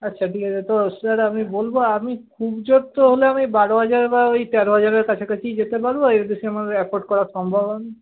আচ্ছা ঠিক আছে তো স্যার আমি বলবো আমি খুব জোর তো হলে আমি বারো হাজার বা তেরো হাজারের কাছা কাছিই যেতে পারবো এর বেশি আমার এফোর্ড করা সম্ভব হবে